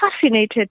fascinated